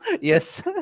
Yes